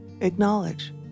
acknowledge